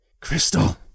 Crystal